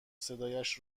صدایش